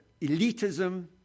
elitism